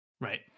Right